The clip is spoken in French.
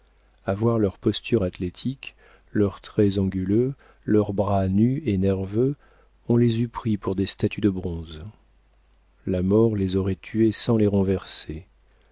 voir leur posture athlétique leurs traits anguleux leurs bras nus et nerveux on les eût pris pour des statues de bronze la mort les aurait tués sans les renverser